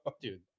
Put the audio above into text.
dude